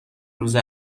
روز